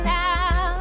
now